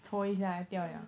mm